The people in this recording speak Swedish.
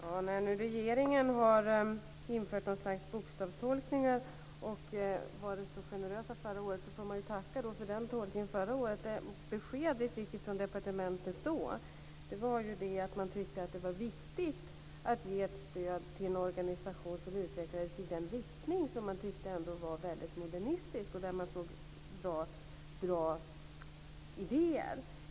Fru talman! När nu regeringen har infört något slags bokstavstolkningar och varit så generös förra året får man tacka för den tolkningen. Det besked vi fick från departementet förra året var att man tyckte att det var viktigt att ge ett stöd till en organisation som utvecklades i den riktning som man tyckte var väldigt modernistisk och där man såg bra idéer.